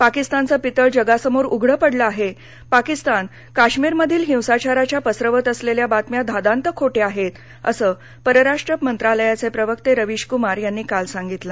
पाकिस्तानचं पितळ जगासमोर उघडं पडलं आहे पाकिस्तान काश्मीरमधील हिंसाचाराच्या पसरवत असलेल्या बातम्या धादांत खोटया आहेत असं परराष्ट्र मंत्रालयाचे प्रवक्ते रविश कुमार यांनी काल सांगितलं